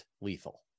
lethal